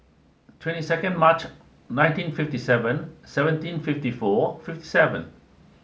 twenty second March nineteen fifty seven seventeen fifty four fifty seven